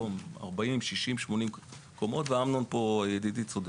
היום בונים 40, 60, 80 קומות, ואמנון ידידי צודק.